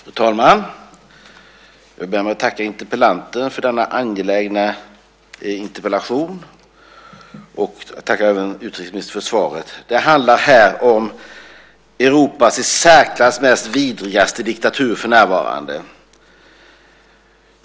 Fru talman! Jag vill börja med att tacka interpellanten för denna angelägna interpellation. Jag tackar även utrikesministern för svaret. Det handlar om Europas i särklass mest vidriga diktatur för närvarande.